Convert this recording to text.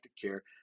care